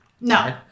No